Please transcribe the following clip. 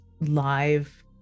live